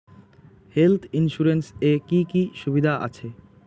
Health insurance এ কি কি সুবিধা আছে?